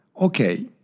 okay